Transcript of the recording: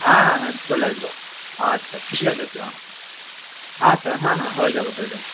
হ্যাঁ হ্যাঁ চলে আসবো আচ্ছা ঠিক আছে চ আচ্ছা হ্যাঁ হ্যাঁ হয়ে যাবে হয়ে যাবে